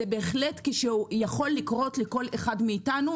זה בהחלט יכול לקרות לכל אחד מאיתנו,